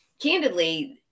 candidly